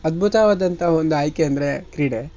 ಅದ್ಬುತವಾದಂಥ ಒಂದು ಆಯ್ಕೆ ಅಂದರೆ ಕ್ರೀಡೆ